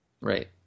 Right